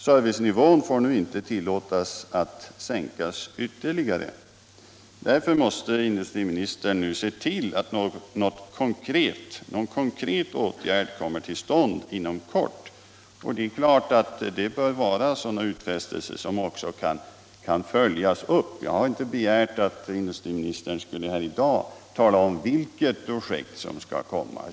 Servicenivån får inte tillåtas sjunka ytterligare. Därför måste industriministern nu se till att någon konkret åtgärd kommer till stånd inom kort. Det bör vara sådana utfästelser som också kan följas upp. Jag har inte begärt att industriministern här i dag skall tala om vilket projekt som skall komma.